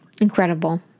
incredible